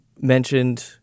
mentioned